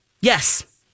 Yes